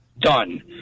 done